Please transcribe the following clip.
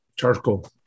Charcoal